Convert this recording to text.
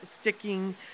sticking